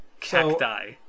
Cacti